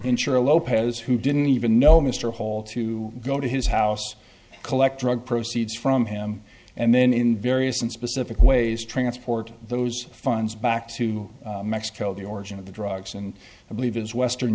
ensure lopez who didn't even know mr hall to go to his house and collect drug proceeds from him and then in various and specific ways transport those funds back to mexico the origin of the drugs and i believe his western